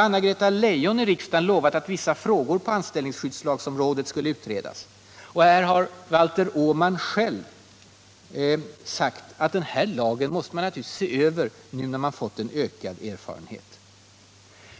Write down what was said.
Anna-Greta Leijon har i riksdagen lovat att vissa frågor på anställningsskyddslagsområdet skulle utredas, Vidare har alltså Valter Åman själv sagt att lagen naturligtvis måste ses över nu när man fått ökad erfarenhet.